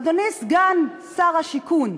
אדוני סגן שר הבינוי והשיכון,